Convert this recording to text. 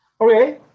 Okay